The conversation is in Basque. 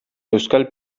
euskal